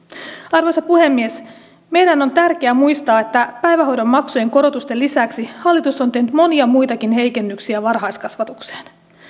arvoisa puhemies meidän on tärkeä muistaa että päivähoidon maksujen korotusten lisäksi hallitus on tehnyt monia muitakin heikennyksiä varhaiskasvatukseen